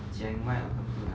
chiang mai or something ah